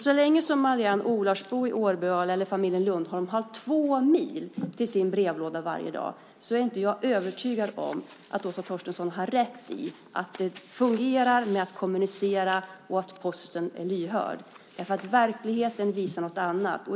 Så länge som Mary-Ann Olarsbo och familjen Lundholm i Årböle har två mil till sin brevlåda varje dag är jag inte övertygad om att Åsa Torstensson har rätt i att det fungerar att kommunicera och att Posten är lyhörd. Verkligheten visar något annat.